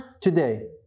today